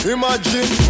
imagine